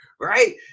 right